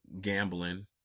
gambling